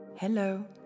Hello